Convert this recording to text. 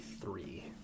three